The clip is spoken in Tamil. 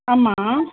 ஆமாம்